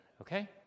okay